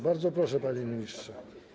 Bardzo proszę, panie ministrze.